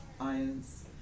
ions